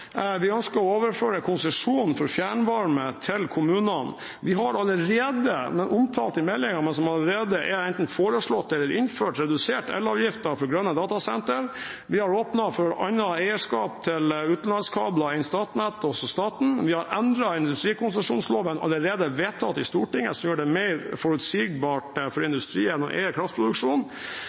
Vi ønsker å overføre konsesjon for fjernvarme til kommunene. Vi har allerede – som er omtalt i meldingen, men som allerede enten er foreslått eller innført – redusert elavgiften for grønne datasentre. Vi har åpnet for annet eierskap til utenlandskabler enn Statnett og staten. Vi har endret industrikonsesjonsloven, allerede vedtatt i Stortinget, som gjør det mer forutsigbart for industrien å